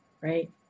right